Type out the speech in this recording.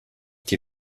die